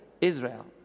israel